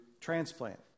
transplant